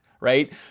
right